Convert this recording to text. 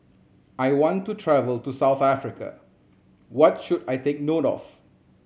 I want to travel to South Africa what should I take note of